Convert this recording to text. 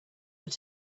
were